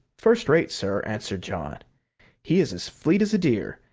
first-rate, sir, answered john he is as fleet as a deer,